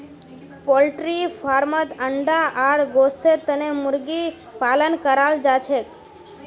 poultry फार्मत अंडा आर गोस्तेर तने मुर्गी पालन कराल जाछेक